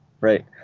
right